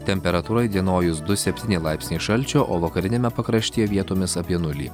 temperatūra įdienojus du septyni laipsniai šalčio o vakariniame pakraštyje vietomis apie nulį